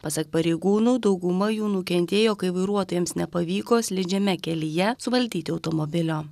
pasak pareigūnų dauguma jų nukentėjo kai vairuotojams nepavyko slidžiame kelyje suvaldyti automobilio